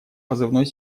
позывной